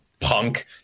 punk